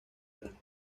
grandes